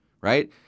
right